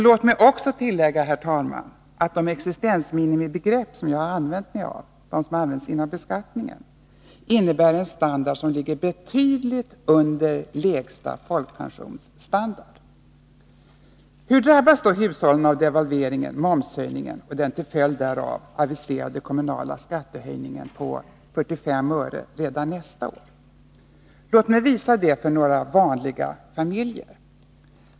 Låt mig också tillägga, herr talman, att de existensminimibegrepp som jag använt, de som används vid beskattningen, innebär en standard betydligt under lägsta folkpensionsstandard. Hur drabbas då hushållen av devalveringen, momshöjningen och den till följd därav aviserade kommunala skattehöjningen på 45 öre redan nästa år? Låt mig visa hur det slår för några vanliga familjer.